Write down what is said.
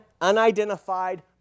unidentified